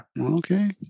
Okay